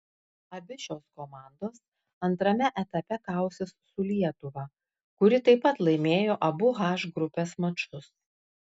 abi šios komandos antrame etape kausis su lietuva kuri taip pat laimėjo abu h grupės mačus